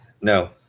No